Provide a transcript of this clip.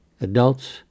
adults